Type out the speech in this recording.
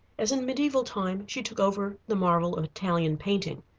as in mediaeval time she took over the marvel of italian painting.